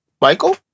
Michael